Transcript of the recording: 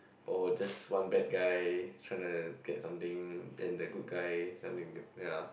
oh just one bad guy trying to get something then the good guy something ya